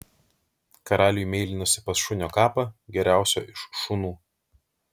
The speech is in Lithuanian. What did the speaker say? karaliui meilinosi pas šunio kapą geriausio iš šunų